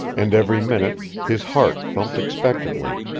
and every minute his heart thumped expectantly,